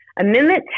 Amendment